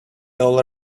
all